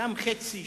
גם חצי,